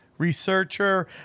researcher